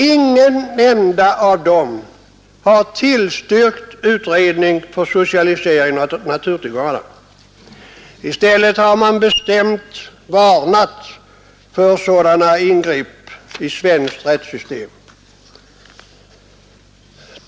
Ingen enda av dem har tillstyrkt utredning om socialisering av naturtillgångarna. I stället har de bestämt varnat för sådana ingrepp i svenskt rättssystem.